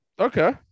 Okay